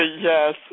Yes